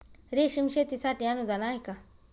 रेशीम शेतीसाठी अनुदान आहे का?